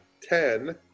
Ten